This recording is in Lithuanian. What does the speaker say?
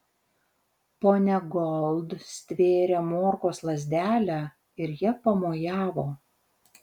ponia gold stvėrė morkos lazdelę ir ja pamojavo